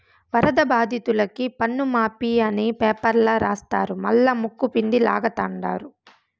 వరద బాధితులకి పన్నుమాఫీ అని పేపర్ల రాస్తారు మల్లా ముక్కుపిండి లాగతండారు